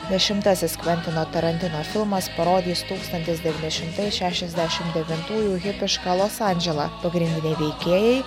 dešimtasis kventino tarantino filmas parodys tūkstantis devyni šimtai šešiasdešim devintųjų hipišką los andželą pagrindiniai veikėjai